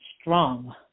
strong